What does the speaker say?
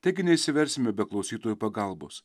taigi neišsiversime be klausytojų pagalbos